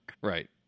Right